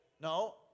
No